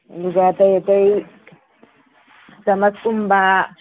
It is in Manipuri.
ꯑꯗꯨꯒ ꯑꯇꯩ ꯑꯇꯩ ꯆꯃꯁꯀꯨꯝꯕ